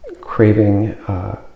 Craving